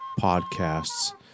podcasts